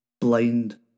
blind